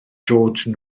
george